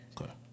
Okay